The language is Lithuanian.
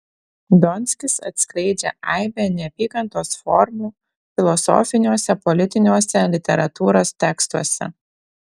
donskis atskleidžia aibę neapykantos formų filosofiniuose politiniuose literatūros tekstuose